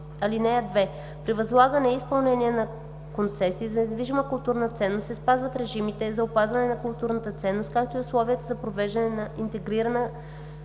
(2) При възлагане и изпълнение на концесия за недвижима културна ценност се спазват режимите за опазване на културната ценност, както и условията за провеждане на интегрирана